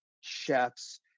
chefs